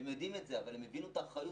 הן יודעות את זה אבל הן מבינות את האחריות